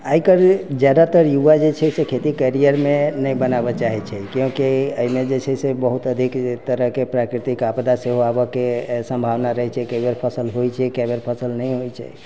आइकाल्हि ज्यादातर युवा जे छै से खेती कैरियरमे नहि बनाबऽ चाहै छै क्यूँकि एहिमे जे छै से बहुत अधिक एक तरहके प्राकृतिक आपदा सेहो आबयके सम्भावना रहै छै कए बेर फसल होइ छै कए बेर फसल नहि होइ छै